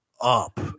up